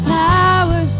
power